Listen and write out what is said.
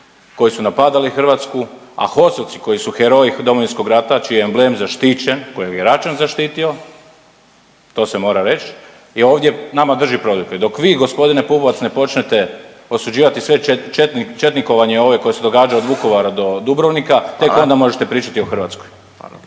koji su napadali Hrvatsku, a HOS-ovci koji su heroji Domovinskog rata čiji je amblem zaštićen, kojeg je Račan zaštitio, to se mora reći ovdje nama drži prodiku. I dok vi gospodine Pupovac ne počnete osuđivati sve četnikovanje ove koje se događa od Vukovara do Dubrovnika, tek onda možete pričati o Hrvatskoj.